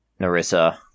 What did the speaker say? narissa